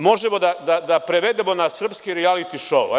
Da li možemo da prevedemo na srpski rijaliti šou?